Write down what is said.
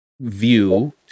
view